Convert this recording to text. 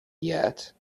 yet